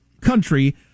country